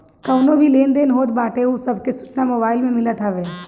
कवनो भी लेन देन होत बाटे उ सब के सूचना मोबाईल में मिलत हवे